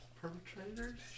perpetrators